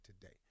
today